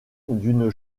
d’une